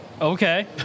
Okay